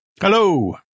Hello